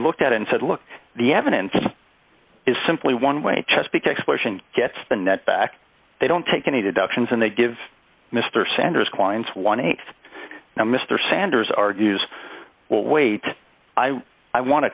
looked at and said look the evidence is simply one way chesapeake exploration gets the net back they don't take any deductions and they give mr sanders clients th now mr sanders argues well wait i want